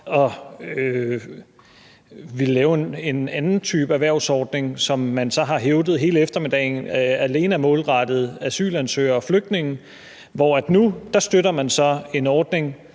lave en anden type erhvervsordning, som man så har hævdet hele eftermiddagen alene er målrettet asylansøgere og flygtninge. når man nu støtter en ordning,